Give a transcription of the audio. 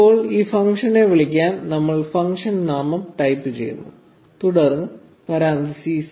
ഇപ്പോൾ ഈ ഫംഗ്ഷനെ വിളിക്കാൻ നമ്മൾ ഫംഗ്ഷൻ നാമം ടൈപ്പുചെയ്യുന്നു തുടർന്ന് പരാൻതീസിസ്